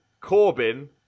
Corbin